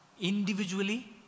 individually